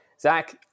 Zach